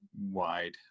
wide